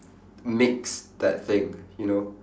makes that thing you know